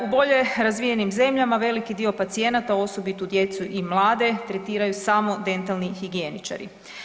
U bolje razvijenim zemljama veliki dio pacijenata osobito djecu i mlade tretiraju samo dentalni higijeničari.